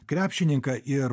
krepšininką ir